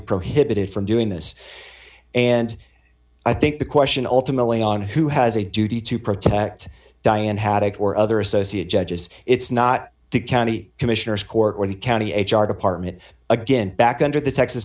prohibited from doing this and i think the question ultimately on who has a duty to protect diane haddix or other associate judges it's not the county commissioners court or the county h r department again back under the texas